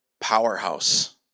powerhouse